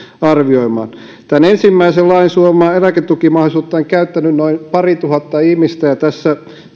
arvioimaan ensimmäisen lain suomaa eläketukimahdollisuutta on käyttänyt noin parituhatta ihmistä ja tässä